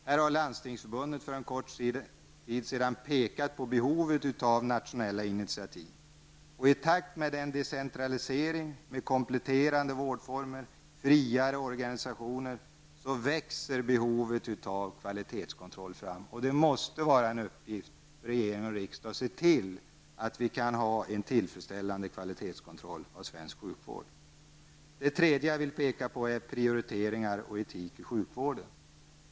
Här pekade Landstingsförbundet för en kort tid sedan på behovet av nationella initiativ. I takt med decentralisering, kompletterande vårdformer och friare organisationer växer behovet av kvalitetskontroll fram. Det måste vara en uppgift för regering och riksdag att se till att vi kan ha en tillfredsställande kvalitetskontroll inom svensk sjukvård. För det tredje vill jag peka på prioriteringar och etik inom sjukvården.